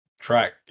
track